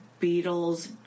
Beatles